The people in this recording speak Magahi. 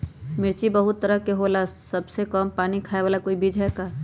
मिर्ची बहुत तरह के होला सबसे कम पानी खाए वाला कोई बीज है का?